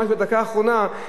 ממש בדקה האחרונה,